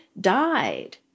died